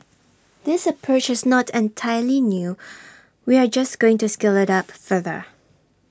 this approach is not entirely new we are just going to scale IT up further